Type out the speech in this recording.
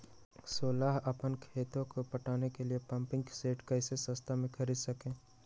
सोलह अपना खेत को पटाने के लिए पम्पिंग सेट कैसे सस्ता मे खरीद सके?